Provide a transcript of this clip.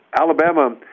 Alabama